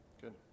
Good